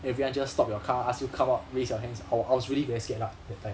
everyone just stop your car ask you come out raise your hands I wa~ I was really very scared lah that time